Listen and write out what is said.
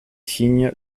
signe